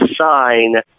sign